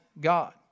God